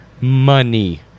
Money